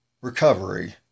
recovery